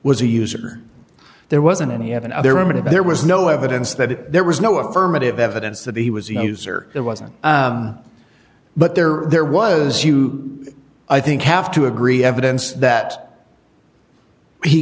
was a user there wasn't any evan other woman if there was no evidence that there was no affirmative evidence that he was a user there wasn't but there there was you i think have to agree evidence that he